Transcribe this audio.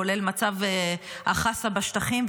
כולל מצב החסה בשטחים,